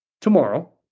tomorrow